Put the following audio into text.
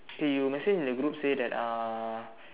okay you message in the group say that uh